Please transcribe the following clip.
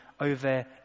over